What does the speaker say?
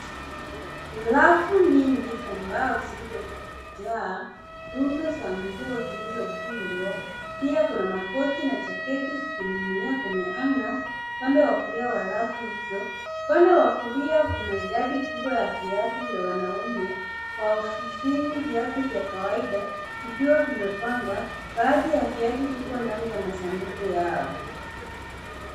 Rafu nyingi za mbao zilizojaa rundo za nguo zilizokunjwa. Pia kuna makoti na jaketi zikining'inia kwenye hanga upande wa kulia wa rafu hizo. Upande wa kulia kuna idadi kubwa ya viatu vya wanaume kwa ofisini viatu vya kawaida vikiwa vimepangwa, baadhi ya viatu viko ndani ya masanduku yao.